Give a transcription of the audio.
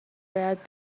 باید